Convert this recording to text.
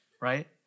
Right